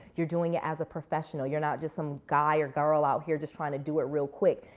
you're doing it as a professional. you're not just some guy or girl out here just trying to do it real quick.